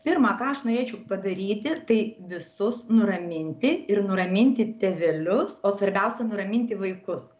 pirma ką aš norėčiau padaryti tai visus nuraminti ir nuraminti tėvelius o svarbiausia nuraminti vaikus